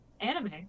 Anime